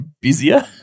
busier